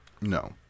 No